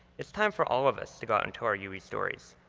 it's time for all of us to go out into our ue stories.